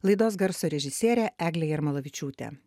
laidos garso režisierė eglė jarmolavičiūtė